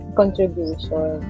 contribution